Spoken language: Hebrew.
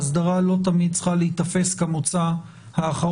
אסדרה לא תמיד צריכה להיתפס כמוצא אחרון,